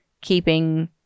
Keeping